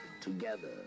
Together